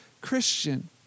Christian